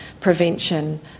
prevention